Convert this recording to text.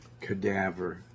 cadaver